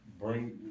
bring